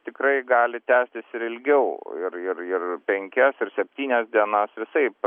tikrai gali tęstis ir ilgiau ir ir ir penkias ir septynias dienas visaip